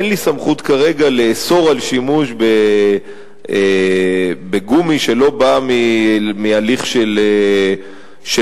אין לי סמכות כרגע לאסור שימוש בגומי שלא בא מהליך של מיחזור.